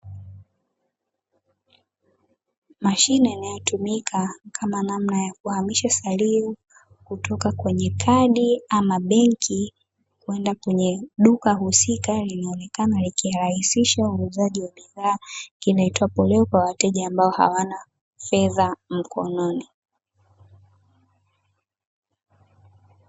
Mashine inayotumoka kam namna ya kuhamisha salio kutoka kwenye kadi au benki kwenda kwenye duka husika linaonekana likirahisisha uuzaji wa bidhaa inapotolewa kwa wateja ambao hawana fedha mkononi.